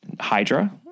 hydra